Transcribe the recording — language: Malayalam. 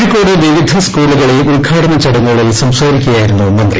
കോഴിക്കോട് വിവിധ സ്കൂളുകളിൽ ഉദ്ഘാടന ചടങ്ങുകളിൽ സംസാരിക്കകുയായിരുന്നു മന്ത്രി